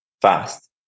fast